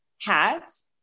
hats